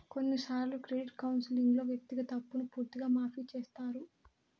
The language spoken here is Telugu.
కొన్నిసార్లు క్రెడిట్ కౌన్సిలింగ్లో వ్యక్తిగత అప్పును పూర్తిగా మాఫీ చేత్తారు